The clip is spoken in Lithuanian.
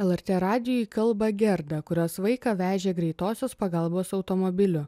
lrt radijui kalba gerda kurios vaiką vežė greitosios pagalbos automobiliu